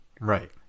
right